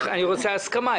רוצה הסכמה.